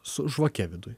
su žvake viduj